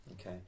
Okay